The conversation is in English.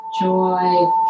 joy